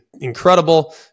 incredible